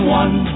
one